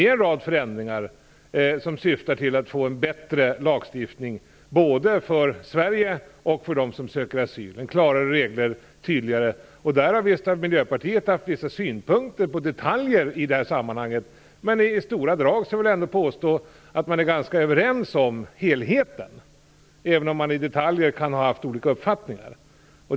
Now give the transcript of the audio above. Dessa förändringar syftar till att få en bättre och tydligare lagstiftning med klarare regler för såväl Sverige som för dem som söker asyl. Miljöpartiet har haft vissa synpunkter på detaljer i sammanhanget, men jag vill påstå att man i stora drag är ganska överens om helheten, trots att det kan finnas olika uppfattningar om detaljer.